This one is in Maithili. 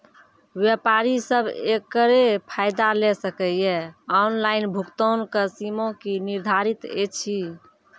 व्यापारी सब एकरऽ फायदा ले सकै ये? ऑनलाइन भुगतानक सीमा की निर्धारित ऐछि?